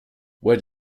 where